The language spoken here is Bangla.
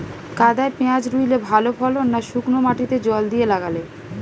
কাদায় পেঁয়াজ রুইলে ভালো ফলন না শুক্নো মাটিতে জল দিয়ে লাগালে?